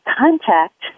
contact